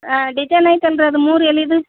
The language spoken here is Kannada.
ಆ ಡಿಜೈನ್ ಆಯ್ತು ಅಂದ್ರೆ ಅದು ಮೂರು ಎಲ್ಲಿದು